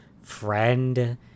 friend